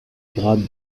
grade